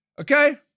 Okay